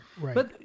Right